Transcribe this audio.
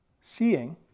Seeing